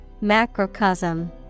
Macrocosm